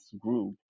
group